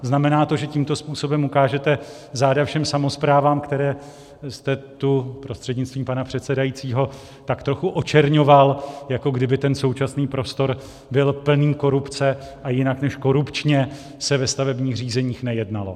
Znamená to, že tímto způsobem ukážete záda všem samosprávám, které jste tu, prostřednictvím pana předsedajícího, tak trochu očerňoval, jako kdyby ten současný prostor byl plný korupce a jinak než korupčně se ve stavebních řízeních nejednalo?